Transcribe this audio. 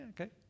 okay